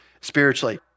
spiritually